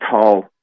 tall